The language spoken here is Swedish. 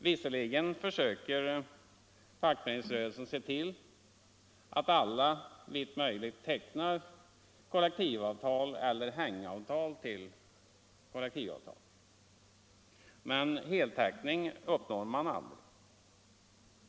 Visserligen söker fackföreningsrörelsen se till att alla såvitt möjligt tecknar kollektivavtal eller hängavtal till dessa. Men heltäckning uppnås aldrig.